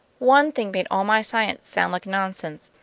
one thing made all my science sound like nonsense.